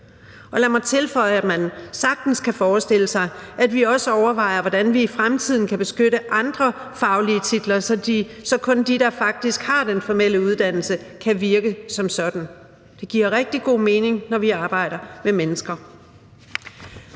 Og lad mig tilføje, at man sagtens kan forestille sig, at vi også overvejer, hvordan vi i fremtiden kan beskytte andre faglige titler, så kun de, der faktisk har den formelle uddannelse, kan virke som sådan. Det giver rigtig god mening, når man arbejder med mennesker.